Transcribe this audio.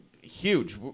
huge